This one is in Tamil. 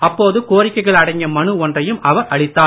அப்போது கோரிக்கைகள் அடங்கிய மனு ஒன்றையும் அவர் அளித்தார்